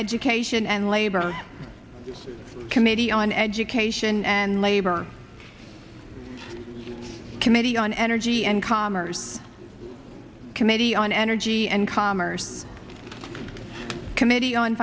education and labor committee on education and labor committee on energy and commerce committee on energy and commerce committee on